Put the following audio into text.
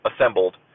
assembled